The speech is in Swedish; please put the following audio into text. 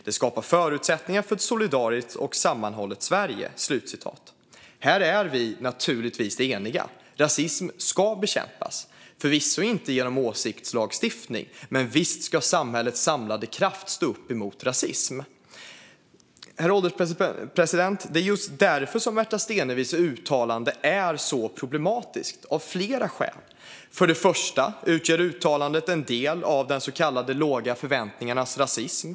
Det skapar förutsättningar för ett solidariskt och sammanhållet Sverige." Här är vi naturligtvis eniga. Rasism ska bekämpas. Förvisso inte genom åsiktslagstiftning men visst ska samhällets samlade kraft stå upp mot rasism. Herr ålderspresident! Det är just av detta skäl Märta Stenevis uttalande är problematiskt, och det av flera skäl. För det första utgör uttalandet en del av den så kallade låga förväntningarnas rasism.